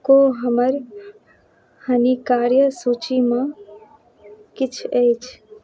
को हमर हानि कार्य सूचीमे किछु अछि